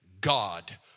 God